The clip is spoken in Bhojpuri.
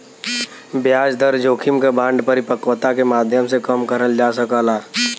ब्याज दर जोखिम क बांड परिपक्वता के माध्यम से कम करल जा सकला